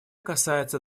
касается